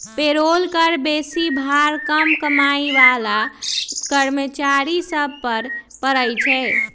payroll कर बेशी भार कम कमाइ बला कर्मचारि सभ पर पड़इ छै